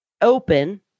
open